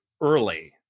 early